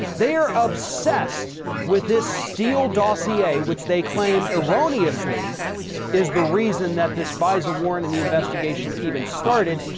they are obsessed with this steele dossier, which they claim erroneously is the reason that this fisa warrant and the investigation even started,